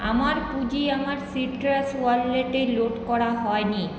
আমার পুঁজি আমার সিট্রাস ওয়ালেটে লোড করা হয়নি